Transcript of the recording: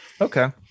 Okay